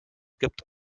gibt